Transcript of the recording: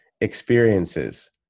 experiences